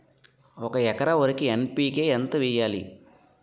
ఒక ఎకర వరికి ఎన్.పి కే ఎంత వేయాలి?